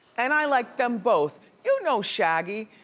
and i like them both. you know shaggy,